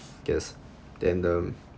guess than the um